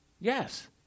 Yes